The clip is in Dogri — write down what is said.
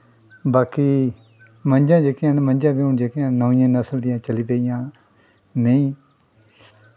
बाकी मंजां जेह्कियां न मंजा जेह्कियां नमीं नसल दियां चली पेइयां न मैहीं